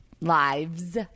lives